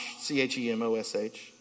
c-h-e-m-o-s-h